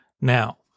Now